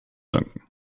danken